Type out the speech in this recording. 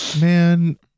Man